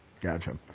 Gotcha